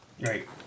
Right